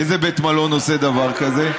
איזה בית מלון עושה דבר כזה?